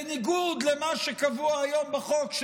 בניגוד למה שקבוע היום בחוק,